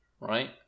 right